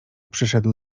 przyszedł